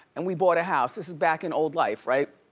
and we bought a house, this is back in old life, right?